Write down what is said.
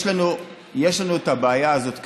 יש לנו את הבעיה הזאת כרגע,